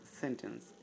sentence